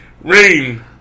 Rain